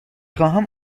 خواهم